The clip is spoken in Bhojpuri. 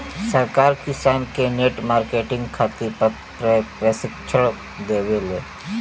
सरकार किसान के नेट मार्केटिंग खातिर प्रक्षिक्षण देबेले?